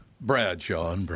Bradshaw